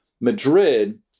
Madrid